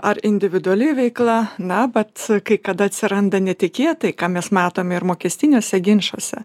ar individuali veikla na bet kai kada atsiranda netikėtai ką mes matome ir mokestiniuose ginčuose